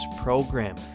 program